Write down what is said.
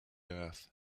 earth